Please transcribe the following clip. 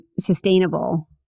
sustainable